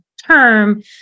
term